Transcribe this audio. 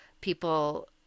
people